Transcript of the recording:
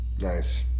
Nice